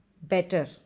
better